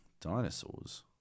Dinosaurs